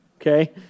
okay